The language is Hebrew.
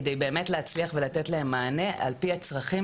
כדי להצליח לתת להם מענה לכל הצרכים